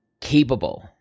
capable